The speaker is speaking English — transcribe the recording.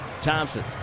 Thompson